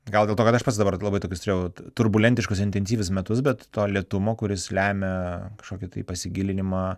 gal dėl to kad aš pats dabar labai tokius turėjau turbulentiškus intensyvius metus bet to lėtumo kuris lemia kažkokį tai pasigilinimą